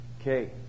Okay